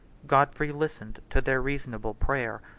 godfrey listened to their reasonable prayer,